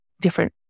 different